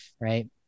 right